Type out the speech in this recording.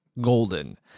golden